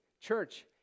church